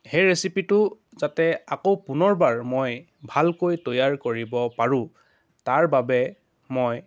সেই ৰেচিপিটো যাতে আকৌ পুনৰবাৰ মই ভালকৈ তৈয়াৰ কৰিব পাৰোঁ তাৰ বাবে মই